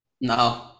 No